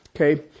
Okay